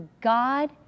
God